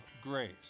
grace